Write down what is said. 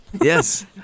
Yes